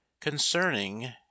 concerning